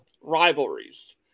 rivalries